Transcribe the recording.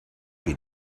been